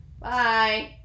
Bye